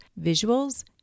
visuals